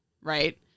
right